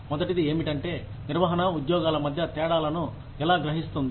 మొదటిది ఏమిటంటే నిర్వహణ ఉద్యోగాల మధ్య తేడాలను ఎలా గ్రహిస్తుంది